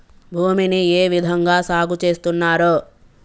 భూమిని ఏ విధంగా సాగు చేస్తున్నారు?